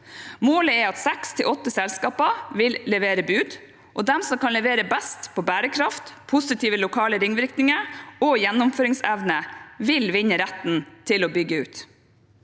Målet er at seks–åtte selskaper vil levere bud, og de som kan levere best på bærekraft, positive lokale ringvirkninger og gjennomføringsevne, vil vinne retten til å bygge ut.